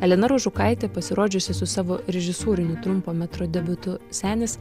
elena rožukaitė pasirodžiusi su savo režisūriniu trumpo metro debiutu senis